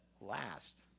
last